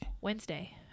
Wednesday